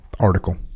article